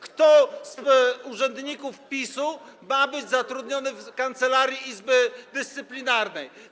Kto z urzędników PiS-u ma być zatrudniony w kancelarii Izby Dyscyplinarnej?